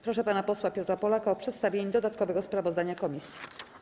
Proszę pana posła Piotra Polaka o przedstawienie dodatkowego sprawozdania komisji.